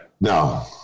No